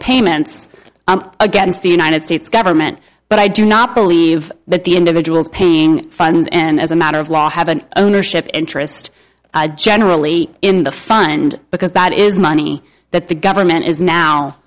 payments i'm against the united states government but i do not believe that the individuals paying funds and as a matter of law have an ownership interest generally in the fund because that is money that the government is now